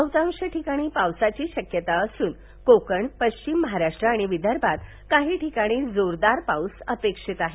बह्तांश ठिकाणी पावसाची शक्यता असून कोकण पश्चिम महाराष्ट्र आणि विदर्भात काही ठिकाणी जोरदा पाऊस अपेक्षित आहे